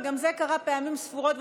וגם זה קרה פעמים ספורות,